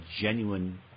genuine